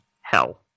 hell